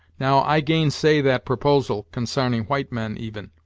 now, i gainsay that proposal, consarning white men, even.